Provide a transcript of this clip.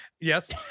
Yes